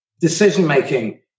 decision-making